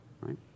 right